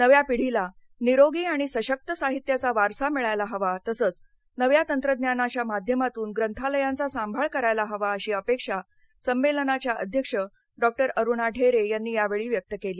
नव्या पिढीला निरोगी आणि सशक्त साहित्याचा वारसा मिळायला हवा तसंच नव्या तंत्रज्ञानाच्या माध्यमातून प्रंथालयांचा सांभाळ करायला हवा अशी अपेक्षा संमेलनाच्या अध्यक्ष डॉ अरुणा ढेरे यांनी यावेळी व्यक्त केली